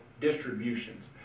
distributions